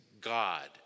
God